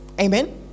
Amen